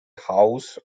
house